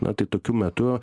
na tai tokiu metu